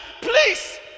please